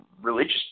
religious